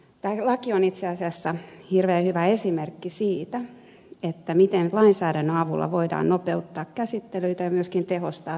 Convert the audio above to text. tämä laki on itse asiassa hirveän hyvä esimerkki siitä miten lainsäädännön avulla voidaan nopeuttaa käsittelyitä ja myöskin tehostaa toimintaa